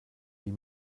wie